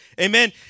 amen